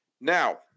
Now